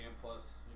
plus